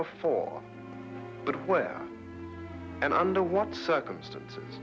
before but where and under what circumstances